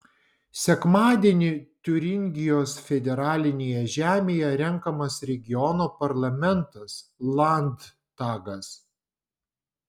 sekmadienį tiuringijos federalinėje žemėje renkamas regiono parlamentas landtagas